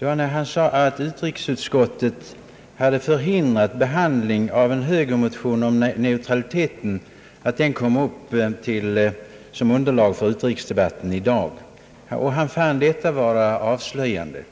Han sade att utrikesutskottet hade förhindrat behandlingen av en högermotion om neutraliteten, så att den inte kunde komma upp som underlag för utrikesdebatten i dag. Han fann detta vara avslöjande.